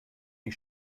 die